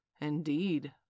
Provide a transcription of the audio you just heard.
indeed